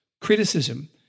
Criticism